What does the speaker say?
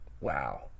Wow